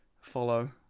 Follow